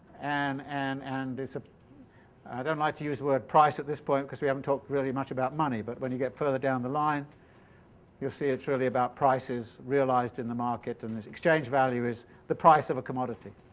and and and it's, ah i don't like to use the word price at this point, because we haven't talked very much about money. but when you get further down the line you see it's really about prices realized in the market, and exchange-value is the price of a commodity.